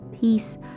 peace